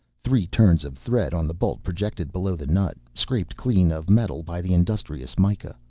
three turns of thread on the bolt projected below the nut, scraped clean of metal by the industrious mikah.